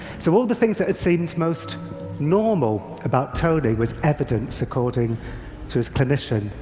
so all the things that had seemed most normal about tony was evidence, according to his clinician,